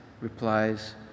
replies